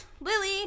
Lily